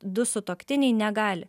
du sutuoktiniai negali